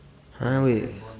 !huh! wait